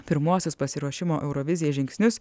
pirmuosius pasiruošimo eurovizijai žingsnius